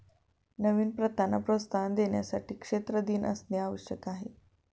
नवीन प्रथांना प्रोत्साहन देण्यासाठी क्षेत्र दिन असणे आवश्यक आहे